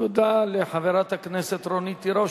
תודה לחברת הכנסת רונית תירוש.